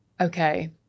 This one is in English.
okay